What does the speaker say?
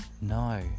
no